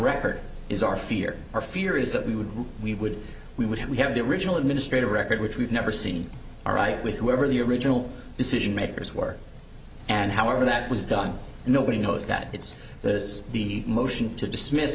record is our fear our fear is that we would we would we would have we have the original administrative record which we've never seen all right with whoever the original decision makers were and however that was done nobody knows that it's the is the motion to dismiss